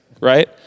right